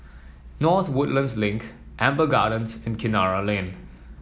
North Woodlands Link Amber Gardens and Kinara Lane